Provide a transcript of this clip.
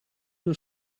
were